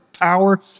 power